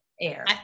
air